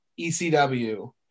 ECW